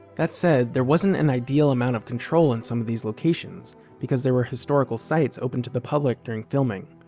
that said, there wasn't an ideal amount of control in some of these locations because they were historical sites open to the public during filming.